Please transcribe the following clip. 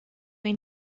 این